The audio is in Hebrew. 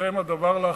שבידכם הדבר להחליטו?